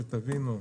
שתבינו,